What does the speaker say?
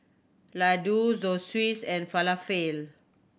Ladoo Zosui and Falafel